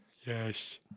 Yes